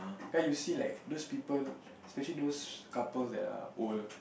then you see like those people especially those couples that are old